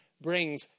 brings